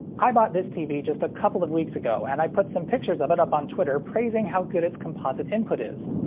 i bought this tv just a couple of weeks ago, and i put some pictures of it up on twitter praising how good its composite input is.